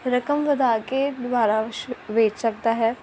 ਰਕਮ ਵਧਾ ਕੇ ਦੁਬਾਰਾ ਵੇਚ ਸਕਦਾ ਹੈ